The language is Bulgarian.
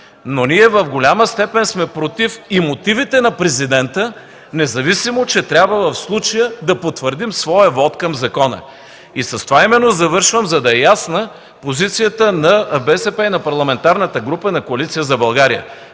но ние в голяма степен сме и против мотивите на Президента, независимо че трябва в случая да потвърдим своя вот към закона. С това именно завършвам, за да е ясна позицията на Българската социалистическа партия и на Парламентарната група на Коалиция за България.